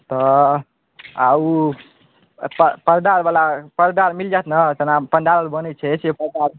तऽ आओर ओ परदावला परदा आओर मिलि जाएत ने जेना पण्डाल बनै छै से